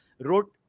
wrote